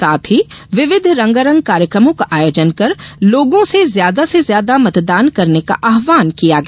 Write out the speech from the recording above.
साथ ही विविध रंगारंग कार्यक्रमों का आयोजन कर लोगों से ज्यादा से ज्यादा मतदान करने का आहवान किया गया